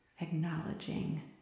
acknowledging